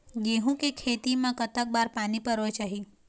गेहूं के खेती मा कतक बार पानी परोए चाही?